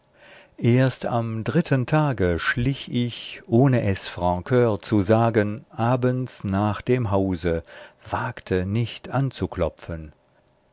erst am dritten tage schlich ich ohne es francur zu sagen abends nach dem hause wagte nicht an